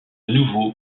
nouveau